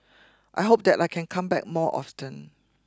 I hope that I can come back more often